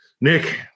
Nick